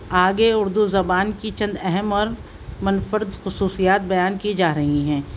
آگے اردو زبان کی چند اہم اور منفرد خصوصیات بیان کی جا رہی ہیں